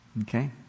okay